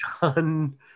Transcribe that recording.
done